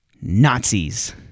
Nazis